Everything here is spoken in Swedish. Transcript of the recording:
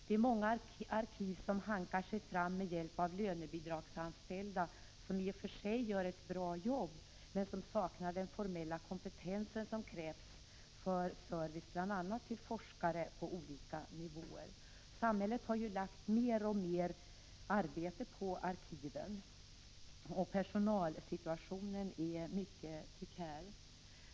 Det är många arkiv som hankar sig fram med hjälp av lönebidragsanställda, som i och för sig gör ett bra arbete men som saknar den formella kompetens som krävs för service till bl.a. forskare på olika nivåer. Samhället har ju lagt mer 85 och mer arbete på arkiven, och personalsituationen är mycket prekär.